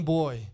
boy